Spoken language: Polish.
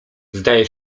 zdaje